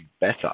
better